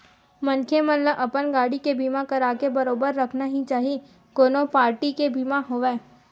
मनखे मन ल अपन गाड़ी के बीमा कराके बरोबर रखना ही चाही कोनो पारटी के बीमा होवय